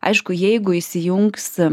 aišku jeigu įsijungs